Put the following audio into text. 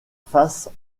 faces